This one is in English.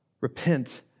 repent